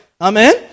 Amen